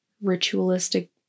ritualistic